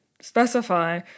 specify